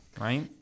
right